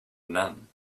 none